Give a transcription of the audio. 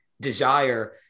desire